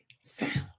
sound